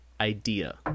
idea